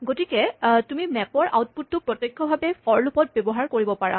নহ'লে তুমি মেপৰ আউটপুট টো প্ৰত্যক্ষভাৱে ফৰ লুপ ত ব্যৱহাৰ কৰিব পাৰা